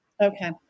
Okay